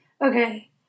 Okay